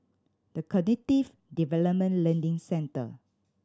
The Cognitive Development Learning Centre